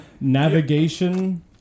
navigation